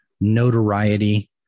notoriety